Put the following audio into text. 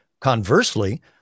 Conversely